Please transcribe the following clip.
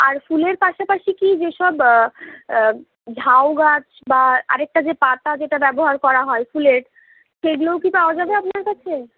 আর ফুলের পাশাপাশি কি যেসব ঝাউগাছ বা আরেকটা যে পাতা যেটা ব্যবহার করা হয় ফুলের সেইগুলোও কি পাওয়া যাবে আপনার কাছে